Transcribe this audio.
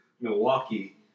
Milwaukee